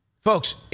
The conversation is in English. Folks